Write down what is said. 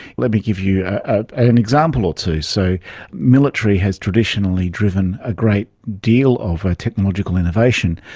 let me give you ah an example or two. so military has traditionally driven a great deal of ah technological innovation.